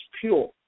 pure